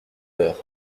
heures